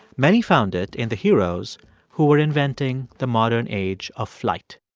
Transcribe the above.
many found it in the heroes who were inventing the modern age of flight.